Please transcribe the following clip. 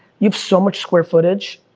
you have so much square footage,